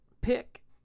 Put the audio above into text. pick